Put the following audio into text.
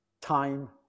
time